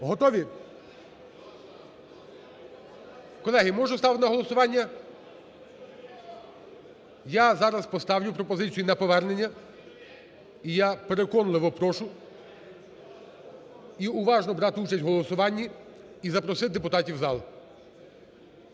Готові? Колеги, можу ставити на голосування? Я зараз поставлю пропозицію на повернення і я переконливо прошу, уважно брати участь в голосуванні, і запросити депутатів у зал.